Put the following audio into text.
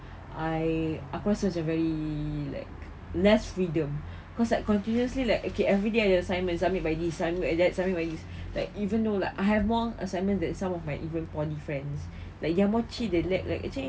I aku rasa macam very like less freedom cause like continuously like okay everyday I have assignments submit by this submit by that submit by this like even though like I have more assignments than some of my even poly friends like they are more chill they relax actually